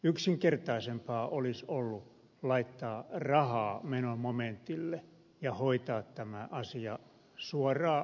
yksinkertaisempaa olisi ollut laittaa rahaa menomomentille ja hoitaa tämä asia suoraan läpinäkyvästi ja nopeasti